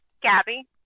Gabby